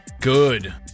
Good